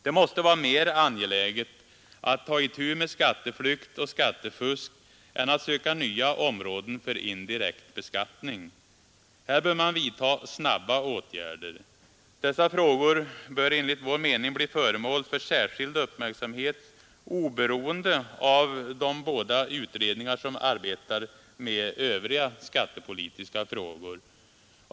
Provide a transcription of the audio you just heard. Det måste vara mera angeläget att ta itu med skatteflykt och skattefusk än att söka nya områden för indirekt beskattning. Här bör man vidta snabba åtgärder. Dessa frågor bör enligt vår mening bli föremål för särskild uppmärksamhet oberoende av de båda utredningar som arbetar med övriga skattepolitiska frågor.